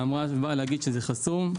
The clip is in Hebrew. וטענה שהוא חסום.